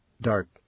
Dark